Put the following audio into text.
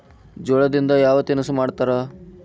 ಜೋಳದಿಂದ ಯಾವ ತಿನಸು ಮಾಡತಾರ?